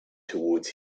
toward